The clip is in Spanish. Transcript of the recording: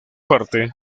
parte